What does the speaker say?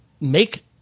make